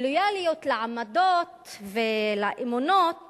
לויאליות לעמדות ולאמונות